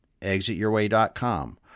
ExitYourWay.com